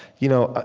you know,